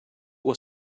was